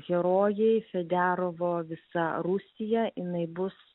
herojai federovo visa rusija jinai bus